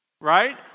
Right